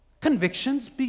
Convictions